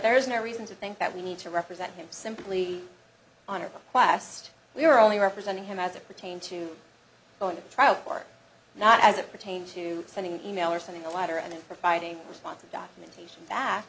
there's no reason to think that we need to represent him simply honorable quest we are only representing him as it pertains to going to trial or not as it pertains to sending email or sending a lighter and providing response and documentation back